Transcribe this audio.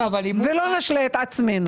לא נשלה את עצמנו.